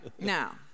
Now